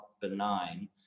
benign